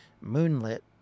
moonlit